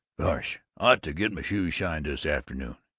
gosh, ought to get my shoes shined this afternoon.